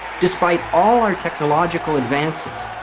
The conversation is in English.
despite all our technological advances.